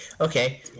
okay